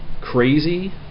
crazy